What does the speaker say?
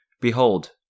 Behold